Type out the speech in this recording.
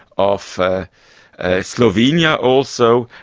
of ah ah slovenia also.